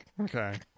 Okay